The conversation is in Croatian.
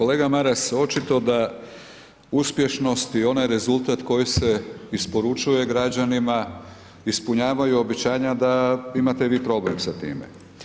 Kolega Maras očito da uspješnosti onaj rezultat koji se isporučuje građanima, ispunjavaju obećanja da imate vi problem sa time.